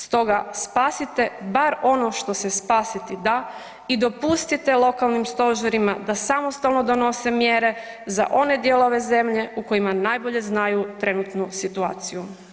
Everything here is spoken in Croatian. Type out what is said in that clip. Stoga, spasite bar ono što se spasiti da i dopustite lokalnim stožerima da samostalno donose mjere za one dijelove zemlje u kojima najbolje znaju trenutnu situaciju.